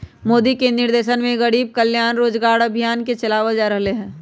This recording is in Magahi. मोदी के निर्देशन में गरीब कल्याण रोजगार अभियान के चलावल जा रहले है